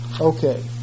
Okay